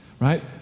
right